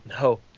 No